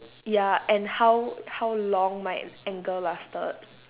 ya and how how long my anger lasted